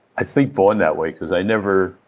i think born that way, cause i never.